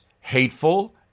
hateful